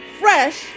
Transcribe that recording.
fresh